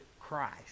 Christ